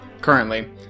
currently